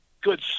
good